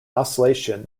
oscillation